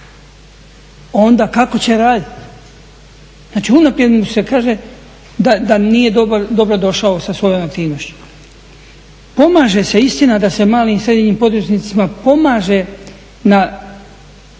onda kako će raditi? Znači unaprijed mu se kaže da nije dobro došao sa svojim aktivnostima. Pomaže se istina da se malim i srednjim poduzetnicima pomaže na